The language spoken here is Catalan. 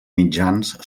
mitjans